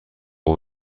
قوه